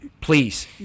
Please